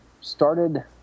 started